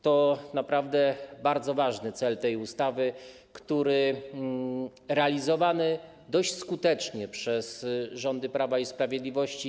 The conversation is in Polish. To naprawdę bardzo ważny cel tej ustawy, który jest realizowany dość skutecznie przez rządy Prawa i Sprawiedliwości.